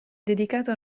dedicata